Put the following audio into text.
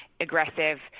aggressive